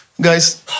guys